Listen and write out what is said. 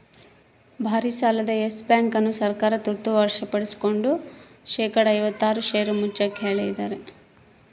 ಭಾರಿಸಾಲದ Yes Bank ಅನ್ನು ಸರ್ಕಾರ ತುರ್ತ ವಶಪಡಿಸ್ಕೆಂಡು ಶೇಕಡಾ ಐವತ್ತಾರು ಷೇರು ಮುಚ್ಚಾಕ ಹೇಳ್ಯಾರ